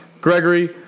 Gregory